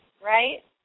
right